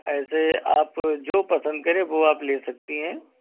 ऐसे आप जो पसंद करें वो आप ले सकती हैं